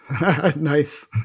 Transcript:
Nice